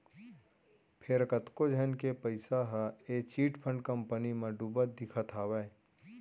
फेर कतको झन के पइसा ह ए चिटफंड कंपनी म डुबत दिखत हावय